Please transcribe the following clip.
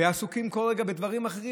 והם עסוקים כל רגע בדברים אחרים,